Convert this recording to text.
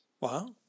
Wow